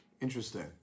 Interesting